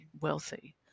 wealthy